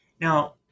Now